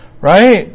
Right